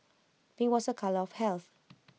pink was A colour of health